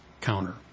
counter